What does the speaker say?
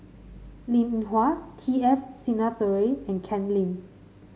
Linn In Hua T S Sinnathuray and Ken Lim